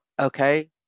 okay